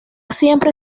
siempre